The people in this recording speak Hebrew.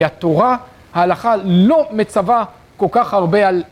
התורה, ההלכה לא מצווה כל כך הרבה על